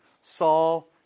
Saul